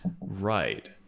Right